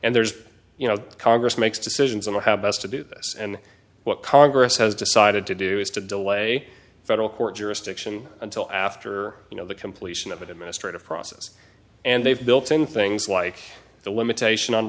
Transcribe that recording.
and there's you know congress makes decisions on how best to do this and what congress has decided to do is to delay federal court jurisdiction until after you know the completion of administrative process and they've built in things like the limitation on